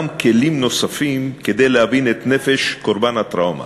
גם כלים נוספים כדי להבין את נפש קורבן הטראומה.